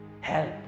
Help